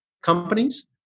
companies